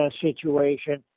situation